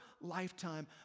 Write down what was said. lifetime